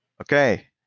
Okay